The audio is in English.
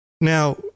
Now